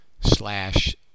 slash